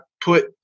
put